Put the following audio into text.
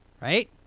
right